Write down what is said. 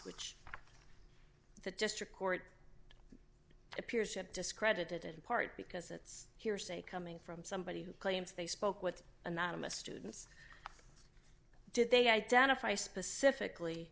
which the district court appears that discredited in part because it's hearsay coming from somebody who claims they spoke with anonymous students did they identify specifically